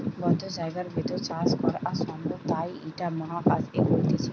বদ্ধ জায়গার ভেতর চাষ করা সম্ভব তাই ইটা মহাকাশে করতিছে